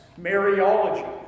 Mariology